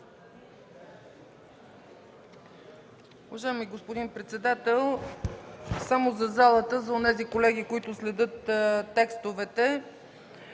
Уважаеми господин председател, само за залата, за онези колеги, които следят текстовете.